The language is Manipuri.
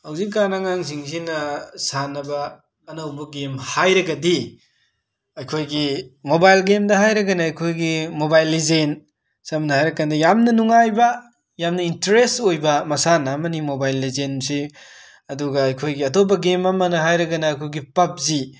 ꯍꯧꯖꯤꯛꯀꯥꯟ ꯑꯉꯥꯡꯁꯤꯡꯁꯤꯅ ꯁꯥꯟꯅꯕ ꯑꯅꯧꯕ ꯒꯦꯝ ꯍꯥꯏꯔꯒꯗꯤ ꯑꯩꯈꯣꯏꯒꯤ ꯃꯣꯕꯥꯏꯜ ꯒꯦꯝꯗ ꯍꯥꯏꯔꯒꯅ ꯑꯩꯈꯣꯏꯒꯤ ꯃꯣꯕꯥꯏꯜ ꯂꯤꯖꯦꯟ ꯁꯝꯅ ꯍꯥꯏꯔꯀꯥꯟꯗ ꯌꯥꯝꯅ ꯅꯨꯉꯥꯏꯕ ꯌꯥꯝꯅ ꯏꯟꯇ꯭ꯔꯦꯁꯠ ꯑꯣꯏꯕ ꯃꯁꯥꯟꯅ ꯑꯃꯅꯤ ꯃꯣꯕꯥꯏꯜ ꯂꯤꯖꯦꯟꯁꯤ ꯑꯗꯨꯒ ꯑꯩꯈꯣꯏꯒꯤ ꯑꯇꯣꯞꯄ ꯒꯦꯝ ꯑꯃ ꯍꯥꯏꯔꯒꯅ ꯑꯈꯣꯏꯒꯤ ꯄꯞꯖꯤ